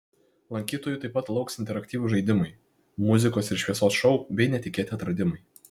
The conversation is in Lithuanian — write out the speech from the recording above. lankytojų taip pat lauks interaktyvūs žaidimai muzikos ir šviesos šou bei netikėti atradimai